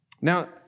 Now